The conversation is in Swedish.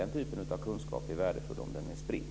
Det är värdefullt om den typen av kunskap är spridd.